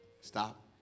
Stop